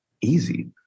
easy